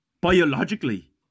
Biologically